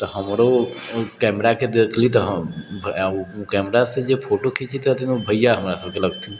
तऽ हमरो कैमराके देखली तऽ हम कैमरासँ जे फोटो खिंचैत रहथिन उ भैया हमरा सबके लगथिन